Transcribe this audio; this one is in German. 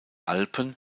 alpen